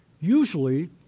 Usually